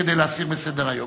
זה כדי להסיר מסדר-היום.